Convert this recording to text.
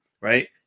right